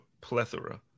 plethora